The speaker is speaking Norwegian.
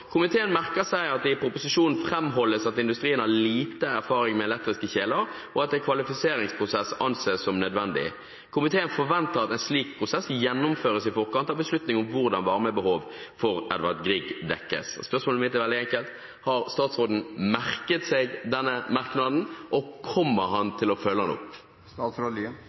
Komiteen forventer at en slik prosess gjennomføres i forkant av beslutningen om hvordan varmebehov for Edvard Grieg dekkes.» Spørsmålet mitt er veldig enkelt: Har statsråden merket seg denne merknaden, og kommer han til å følge den opp?